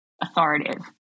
authoritative